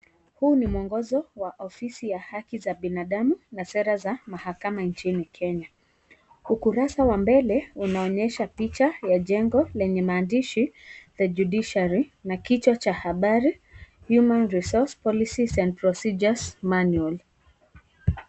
Huu ni mwongozo wa ofisi ya haki za binadamu na sera za mahakama nchini kenya. Ukurasa wa mbele unaonyesha picha ya jengo lenye maandishi The Judiciary na kichwa cha habari Human Resource Policies and Procedures Manual .